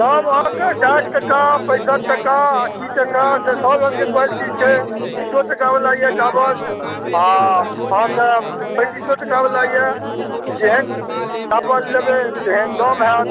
चाउर अहाँके साठि टका पैँसठि टका अस्सी टकासँ सब रङ्गके क्वालिटी छै तीसो टकावला अइ चावल आओर अहाँके पैँतिसो टकावला अइ जेहन चावल लेबै तेहन दाम हैत